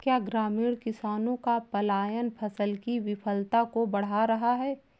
क्या ग्रामीण किसानों का पलायन फसल की विफलता को बढ़ा रहा है?